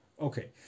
Okay